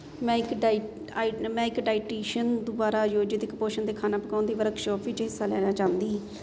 ਮੈਂ ਇੱਕ ਡਾਇਟ ਆਈਟ ਮੈਂ ਇੱਕ ਡਾਈਟੀਸ਼ਨ ਦੁਆਰਾ ਆਯੋਜਿਤ ਕੁਪੋਸ਼ਣ ਦੀ ਖਾਣਾ ਪਕਾਉਣ ਦੀ ਵਰਕਸ਼ਾਪ ਵਿੱਚ ਹਿੱਸਾ ਲੈਣਾ ਚਾਹੁੰਦੀ